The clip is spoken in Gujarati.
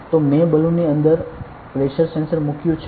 તો મેં બલૂનની અંદર પ્રેશર સેન્સર મૂક્યું છે